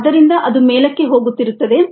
ಆದ್ದರಿಂದ ಅದು ಮೇಲಕ್ಕೆ ಹೋಗುತಿರುತ್ತದೆ